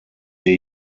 wir